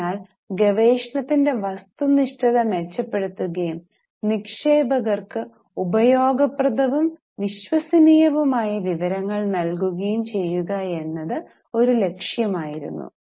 അതിനാൽ ഗവേഷണത്തിന്റെ വസ്തുനിഷ്ഠത മെച്ചപ്പെടുത്തുകയും നിക്ഷേപകർക്ക് ഉപയോഗപ്രദവും വിശ്വസനീയവുമായ വിവരങ്ങൾ നൽകുകയും ചെയ്യുക എന്നത് ഒരു ലക്ഷ്യമായിരുന്നു